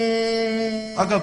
אגב,